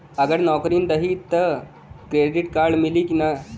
अगर नौकरीन रही त क्रेडिट कार्ड मिली कि ना?